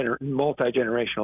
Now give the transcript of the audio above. multi-generational